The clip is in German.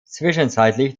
zwischenzeitlich